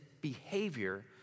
behavior